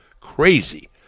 Crazy